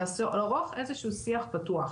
זה לערוך איזשהו שיח פתוח